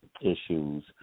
issues